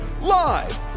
Live